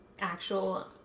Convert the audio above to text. actual